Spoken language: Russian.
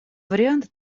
варианты